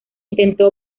intentó